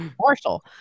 marshall